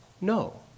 No